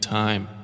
time